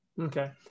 Okay